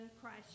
Christ